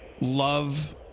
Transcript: love